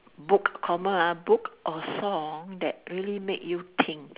book comma ah book or song that really make you think